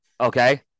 Okay